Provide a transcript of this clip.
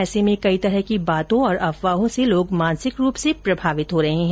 ऐसे में कई तरह की बातों और अफवाहों से लोग मानसिक रूप से प्रभावित हो रहे हैं